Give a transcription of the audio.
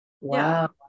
Wow